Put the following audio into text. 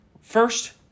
First